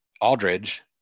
Aldridge